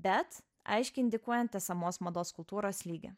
bet aiškiai indikuojant esamos mados kultūros lygį